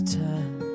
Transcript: time